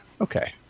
Okay